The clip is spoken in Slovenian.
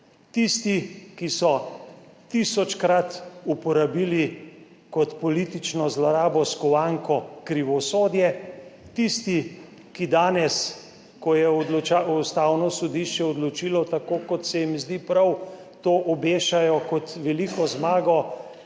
Tisti, ki so tisočkrat uporabili kot politično zlorabo skovanko krivosodje, tisti, ki danes, ko je Ustavno sodišče odločilo tako, kot se jim zdi prav, to obešajo kot veliko zmago